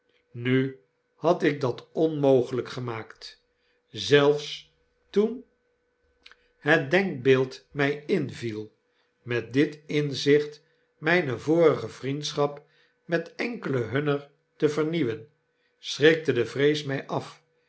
nu had ikdat onmogelp gemaakt zelfs toen het denkbeeld mfl inviel met dit inzicht mijne vorige vriendschap met enkelen hunner te vernieuwen schrikte de vrees my af